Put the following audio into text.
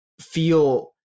feel